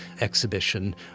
exhibition